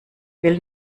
will